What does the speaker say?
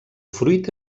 fruit